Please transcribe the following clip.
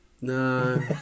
No